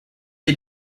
did